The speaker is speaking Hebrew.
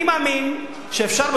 אני מאמין שאפשר,